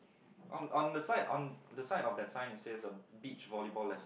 on on the side on the side of the sign it said a beach volleyball lesson